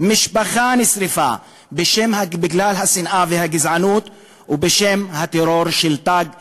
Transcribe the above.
משפחה נשרפה בגלל השנאה והגזענות ובשם הטרור של "תג מחיר".